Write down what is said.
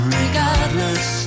regardless